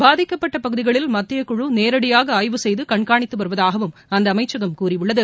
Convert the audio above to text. பாதிக்கப்பட்ட பகுதிகளில் மத்தியக்குழு நேரடியாக ஆய்வு செய்து கண்காணித்து வருவதாகவும் அந்த அமைச்சகம் கூறியுள்ளது